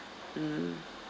mm